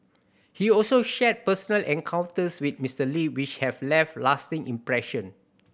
he also shared personal encounters with Mister Lee which have left lasting impression